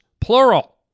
plural